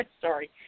Sorry